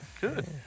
Good